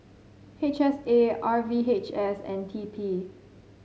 H S A R V H S and T P